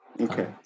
okay